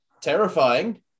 terrifying